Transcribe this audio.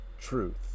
truth